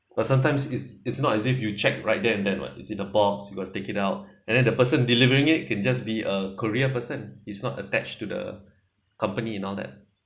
or sometimes is is not as if you check right there and then what it's in the box you got to take it out and then the person delivering it can just be a courier person is not attached to the company and all that